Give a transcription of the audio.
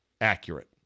accurate